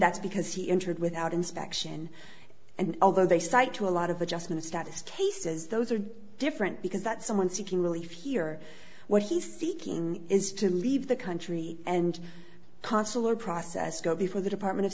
that's because he entered without inspection and although they cite to a lot of adjustment of status cases those are different because that someone seeking relief here what he's seeking is to leave the country and consular process go before the department of